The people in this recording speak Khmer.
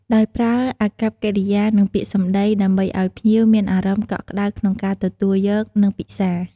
ដោយប្រើអាកប្បកិរិយា និងពាក្យសម្ដី ដើម្បីឲ្យភ្ញៀវមានអារម្មណ៍កក់ក្តៅក្នុងការទទួលយក និងពិសារ។